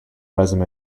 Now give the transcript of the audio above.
resume